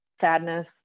sadness